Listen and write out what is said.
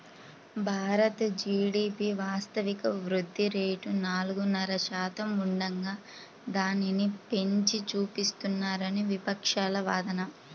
Bharat GDP వాస్తవిక వృద్ధి rate నాలుగున్నర శాతం ఉండగా దానిని పెంచి చూపిస్తున్నారని విపక్షాల వాదన